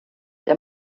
der